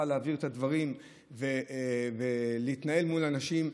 להעביר את הדברים ולהתנהל מול אנשים,